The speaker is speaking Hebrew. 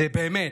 באמת,